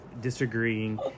disagreeing